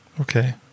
Okay